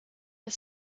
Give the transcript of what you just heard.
the